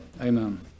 Amen